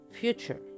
future